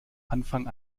anfang